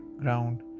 ground